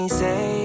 say